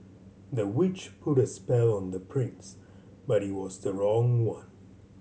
the witch put a spell on the prince but it was the wrong one